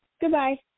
goodbye